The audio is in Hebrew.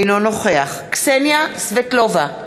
אינו נוכח קסניה סבטלובה,